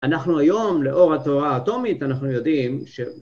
אנחנו היום, לאור התורה האטומית, אנחנו יודעים ש...